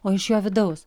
o iš jo vidaus